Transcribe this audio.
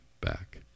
back